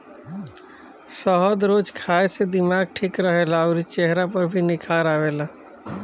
शहद रोज खाए से दिमाग ठीक रहेला अउरी चेहरा पर भी निखार आवेला